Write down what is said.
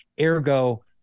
ergo